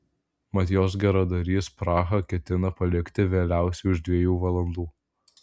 mat jos geradarys prahą ketina palikti vėliausiai už dviejų valandų